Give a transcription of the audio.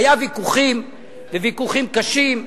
היו ויכוחים, וויכוחים קשים,